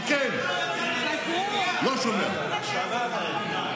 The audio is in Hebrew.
לא שומע מכם.